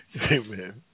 Amen